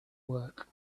work